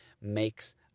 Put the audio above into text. makes